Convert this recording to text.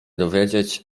dowiedzieć